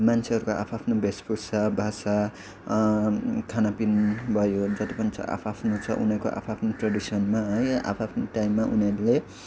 मान्छेहरूको आफ् आफ्नो वेशभूषा भाषा खानापिन भयो जति पनि छ आफ् आफ्नो छ उनीहरूको आफ् आफ्नो ट्रेडिसनमा है आफ् आफ्नो टाइममा उनीहरूले